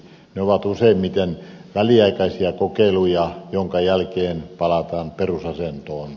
ne ovat useimmiten väliaikaisia kokeiluja joiden jälkeen palataan perusasentoon